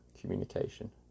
communication